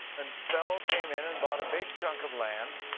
um fellow came in and bought a big chunk of land,